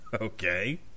Okay